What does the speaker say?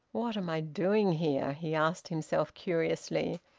what am i doing here? he asked himself curiously,